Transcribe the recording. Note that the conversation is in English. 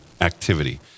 activity